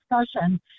discussion